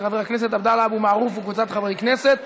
של חבר הכנסת עבדאללה אבו מערוף וקבוצת חברי כנסת.